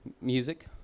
Music